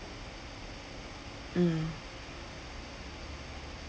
mm